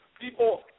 people